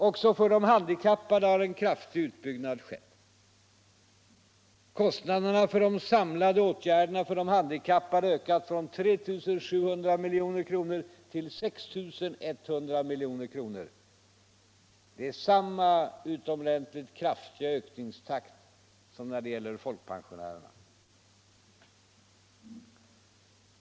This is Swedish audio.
Också för de handikappade har en kraftig utbyggnad skett. Kostnaderna för de samlade åtgärderna för de handikappade har ökat från 3 700 till 6 100 milj.kr. Det är samma utomordentligt kraftiga ökningstakt som när det gäller folkpensionärerna.